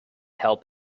help